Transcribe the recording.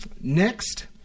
next